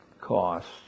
costs